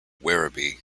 werribee